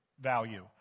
value